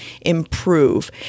improve